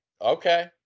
Okay